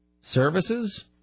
Services